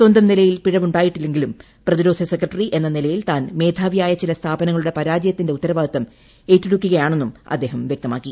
സ്വന്തം നിലയിൽ പിഴവുണ്ടായിട്ടില്ലെങ്കിലും പ്രതിരോധ സെക്രട്ടറി എന്ന നിലയിൽ താൻ മേധാവിയായ ചില സ്ഥാപനങ്ങളുടെ പരാജയത്തിന്റെ ഉത്തരവാദിത്തം ഏറ്റെടുക്കുകയാണെന്ന് അദ്ദേഹം വ്യക്തമാക്കി